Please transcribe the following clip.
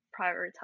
prioritize